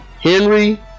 Henry